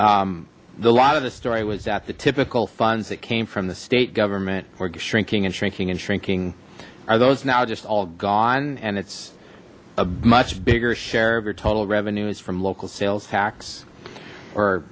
the lot of the story was that the typical funds that came from the state government for shrinking and shrinking and shrinking are those now just all gone and it's a much bigger share of your total revenues from local sales tax or